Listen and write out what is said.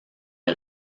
les